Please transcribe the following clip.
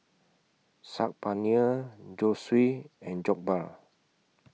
Saag Paneer Zosui and Jokbal